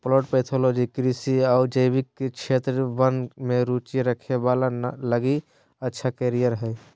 plant pathology कृषि आऊ जैविक क्षेत्र वन में रुचि रखे वाला लगी अच्छा कैरियर हइ